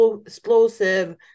explosive